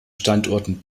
standorten